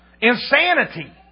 insanity